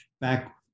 back